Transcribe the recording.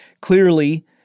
clearly